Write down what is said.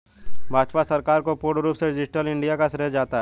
भाजपा सरकार को पूर्ण रूप से डिजिटल इन्डिया का श्रेय जाता है